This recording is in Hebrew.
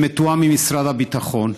שמתואם עם משרד הביטחון,